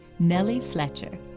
nellie fletcher.